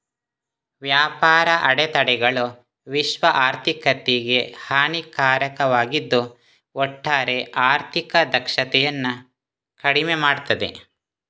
ವ್ಯಾಪಾರ ಅಡೆತಡೆಗಳು ವಿಶ್ವ ಆರ್ಥಿಕತೆಗೆ ಹಾನಿಕಾರಕವಾಗಿದ್ದು ಒಟ್ಟಾರೆ ಆರ್ಥಿಕ ದಕ್ಷತೆಯನ್ನ ಕಡಿಮೆ ಮಾಡ್ತದೆ